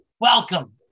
Welcome